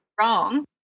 wrong